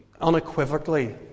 unequivocally